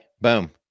Boom